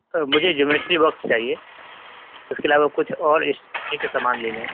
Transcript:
مجھے geometry box چاہیے اس کے علاوہ کچھ اور اسٹیشنری کے سامان لینے ہیں